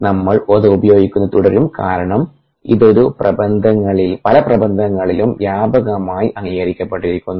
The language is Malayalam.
നമ്മൾ അത് ഉപയോഗിക്കുന്നത് തുടരും കാരണം ഇത് പല പ്രബന്ദങ്ങളിലും വ്യാപകമായി അംഗീകരിക്കപ്പെട്ടിരിക്കുന്നു